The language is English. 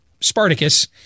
Spartacus